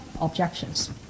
objections